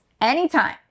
Anytime